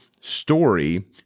story